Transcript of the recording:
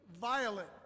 violent